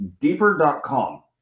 deeper.com